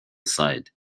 side